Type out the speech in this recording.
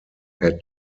had